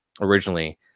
originally